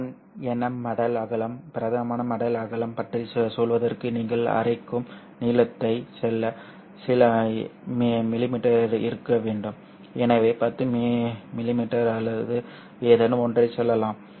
1nm மடல் அகலம் பிரதான மடல் அகலம் பற்றிச் சொல்வதற்கு நீங்கள் அரைக்கும் நீளத்தை சில மிமீ இருக்க வேண்டும் எனவே 10 மிமீ அல்லது ஏதேனும் ஒன்றைச் சொல்லலாம்